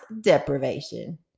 deprivation